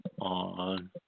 On